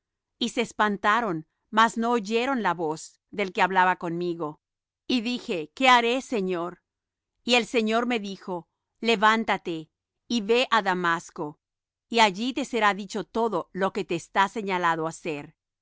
y se espantaron mas no oyeron la voz del que hablaba conmigo y dije qué haré señor y el señor me dijo levántate y ve á damasco y allí te será dicho todo lo que te está señalado hacer